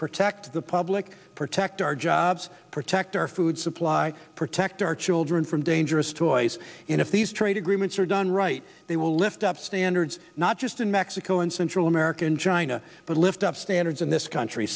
protect the public protect our jobs protect our food supply protect our children from dangerous toys and if these trade agreements are done right they will lift up standards not just in mexico and central america and china but lift up standards in this country